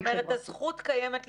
זאת אומרת שהזכות קיימת לכולם,